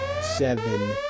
seven